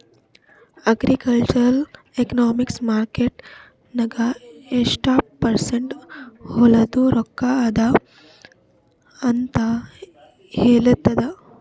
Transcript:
agricultural economics market ನಾಗ್ ಎಷ್ಟ percent ಹೊಲಾದು ರೊಕ್ಕಾ ಅದ ಅಂತ ಹೇಳ್ತದ್